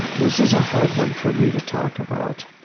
this is a hard one for me to talk about.